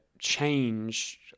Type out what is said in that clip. change